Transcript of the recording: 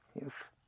Yes